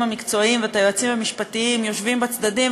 המקצועיים ואת היועצים המשפטיים יושבים בצדדים,